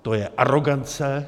To je arogance.